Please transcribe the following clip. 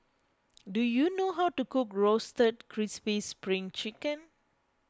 do you know how to cook Roasted Crispy Spring Chicken